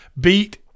beat